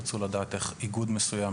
ירצו לדעת איך איגוד מסוים,